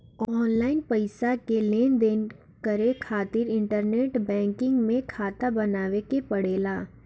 online पईसा के लेनदेन करे खातिर इंटरनेट बैंकिंग में खाता बनावे के पड़ेला